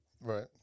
Right